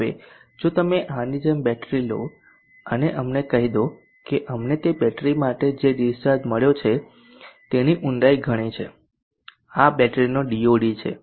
હવે જો તમે આની જેમ બેટરી લો અને અમને કહી દો કે અમને તે બેટરી માટે જે ડિસ્ચાર્જ મળ્યો છે તેની ઊંડાઈ ઘણી છે આ બેટરીનો DOD છે